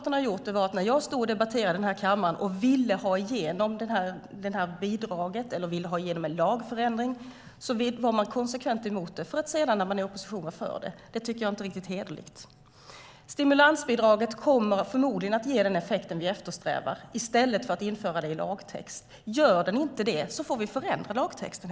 När jag debatterade i kammaren och ville ha igenom en lagförändring var Socialdemokraterna konsekvent emot det för att sedan i opposition vara för det. Det är inte riktigt hederligt. Stimulansbidraget kommer förmodligen att ge den effekt vi eftersträvar i stället för att vi inför det i lagtext. Gör det inte det får vi förändra lagtexten.